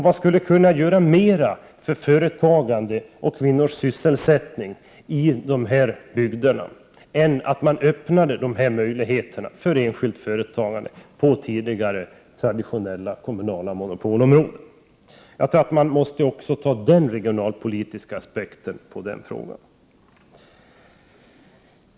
Man skulle kunna göra mera för företagande och kvinnors sysselsättning i de här bygderna genom att öppna dessa möjligheter för enskilt företagande på tidigare traditionella kommunala monopolområden. Jag tror att det är fruktbart om man också anlägger den regionalpolitiska aspekten på denna fråga.